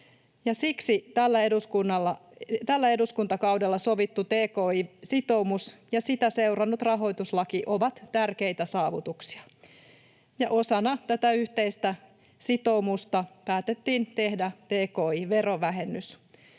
Siksi tällä eduskuntakaudella sovittu tki-sitoumus ja sitä seurannut rahoituslaki ovat tärkeitä saavutuksia, ja osana tätä yhteistä sitoumusta päätettiin tehdä tki-verovähennys.